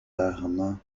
armes